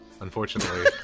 Unfortunately